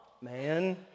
man